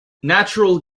natural